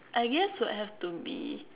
I guess would have to be